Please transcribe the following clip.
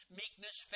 meekness